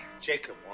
Jacob